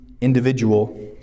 individual